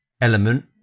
element